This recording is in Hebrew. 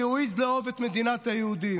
כי הוא העז לאהוב את מדינת היהודים.